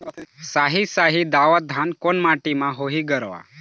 साही शाही दावत धान कोन माटी म होही गरवा?